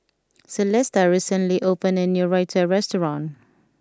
Celesta recently opened a new Raita restaurant